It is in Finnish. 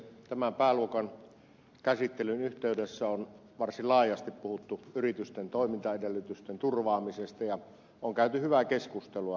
tämän pääluokan käsittelyn yhteydessä on varsin laajasti puhuttu yritysten toimintaedellytysten turvaamisesta ja on käyty hyvää keskustelua